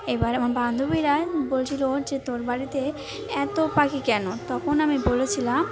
এবার আমার বান্ধবীরা বলছিল যে তোর বাড়িতে এত পাখি কেন তখন আমি বলেছিলাম